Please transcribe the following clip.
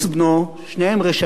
שניהם רשעים מרושעים,